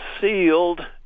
sealed